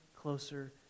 closer